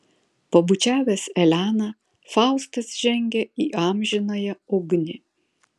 pabučiavęs eleną faustas žengia į amžinąją ugnį